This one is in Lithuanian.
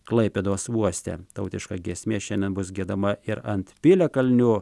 klaipėdos uoste tautiška giesmė šiandien bus giedama ir ant piliakalnių